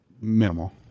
minimal